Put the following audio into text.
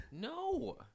No